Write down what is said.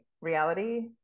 reality